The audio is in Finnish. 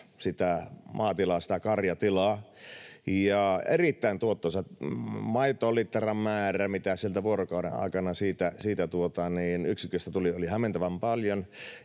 sitä maatilaa, sitä karjatilaa, ja oli erittäin tuottoisa maitolitramäärä, mitä vuorokauden aikana siitä yksiköstä tuli, sitä oli hämmentävän paljon.